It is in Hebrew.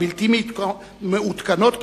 הבלתי-מעודכנות,